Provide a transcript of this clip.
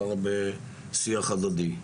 זה הרי בשיח הדדי.